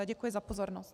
Děkuji za pozornost.